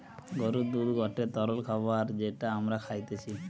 গরুর দুধ গটে তরল খাবার যেটা আমরা খাইতিছে